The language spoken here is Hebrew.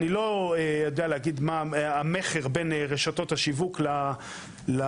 אני לא יודע להגיד מה המכר בין רשתות השיווק למכולות.